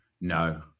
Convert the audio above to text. No